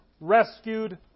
rescued